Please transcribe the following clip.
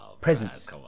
Presence